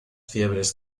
fiebres